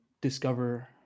discover